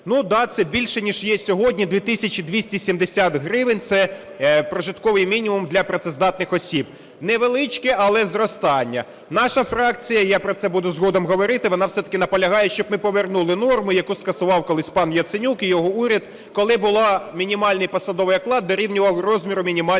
це більше, ніж є сьогодні. 2 тисячі 270 гривень – це прожитковий мінімум для працездатних осіб. Невеличке, але зростання. Наша фракція, я про це буду згодом говорити, вона все-таки наполягає, щоб ми повернули норму, яку скасував колись пан Яценюк і його уряд, коли було – мінімальний посадовий оклад дорівнював розміру мінімальної